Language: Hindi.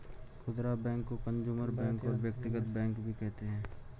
खुदरा बैंक को कंजूमर बैंक और व्यक्तिगत बैंक भी कहते हैं